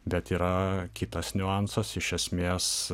bet yra kitas niuansas iš esmės